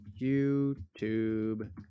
YouTube